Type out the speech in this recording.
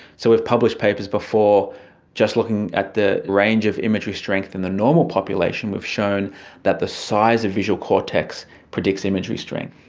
so we've published papers before just looking at the range of imagery strength in the normal population and we've shown that the size of visual cortex predicts imagery strength.